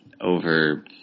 over